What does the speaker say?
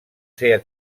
ser